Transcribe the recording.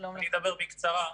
אני אדבר בקצרה.